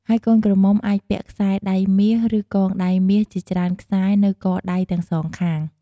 ហើយកូនក្រមុំអាចពាក់ខ្សែដៃមាស ឬកងដៃមាសជាច្រើនខ្សែនៅកដៃទាំងសងខាង។